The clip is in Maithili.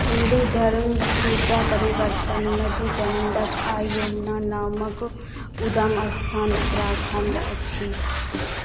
हिन्दू धर्मक दूटा परिवर्तन नदी गण्डक आ यमुना नामक उद्गम स्थान उत्तराखण्ड अछि